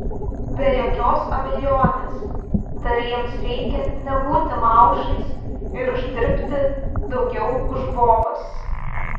be jokios abejonės dar jiems reikia nebūti maušais ir uždirbti daugiau už bobas